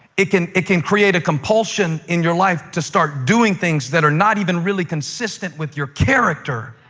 it can it can create a compulsion in your life to start doing things that are not even really consistent with your character